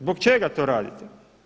Zbog čega to radite?